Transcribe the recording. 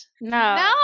No